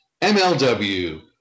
MLW